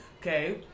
okay